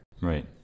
Right